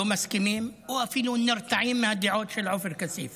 לא מסכימים או אפילו נרתעים מהדעות של עופר כסיף